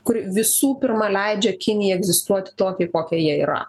kuri visų pirma leidžia kinijai egzistuoti tokiai kokia ji yra